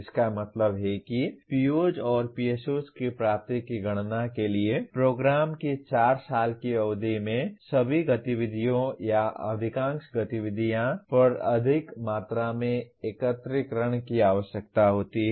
इसका मतलब है कि POs और PSOs की प्राप्ति की गणना के लिए प्रोग्राम की 4 साल की अवधि में सभी गतिविधियों या अधिकांश गतिविधियों पर अधिक मात्रा में एकत्रीकरण की आवश्यकता होती है